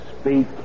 speak